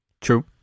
True